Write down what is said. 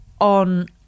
on